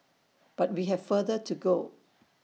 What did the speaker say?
but we have further to go